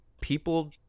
people